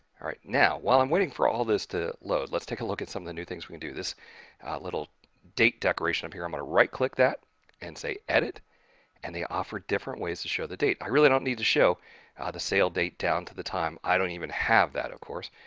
all right! now, while i'm waiting for all this to load let's take a look at some of the new things we can do this little date decoration up here. i'm going to right click that and say, edit and they offer different ways to show the date i really don't need to show the sale date down to the time i don't even have that of course,